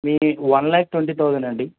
మీకు one lakh twenty thousand అండి